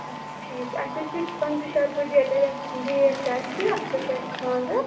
اَچھا ٹھیٖک اَسہِ حظ چھُ پٍنٛژٕہ شَتوُہ ڈیٹہٕ یَتھ ڈیٹ چھُ اَسہِ اَتھ پٮ۪ٹھ چھُ اَسہِ خانٛدر